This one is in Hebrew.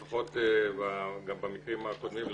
לפחות במקרים הקודמים,